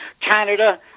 Canada